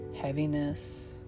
heaviness